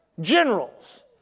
Generals